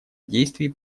действий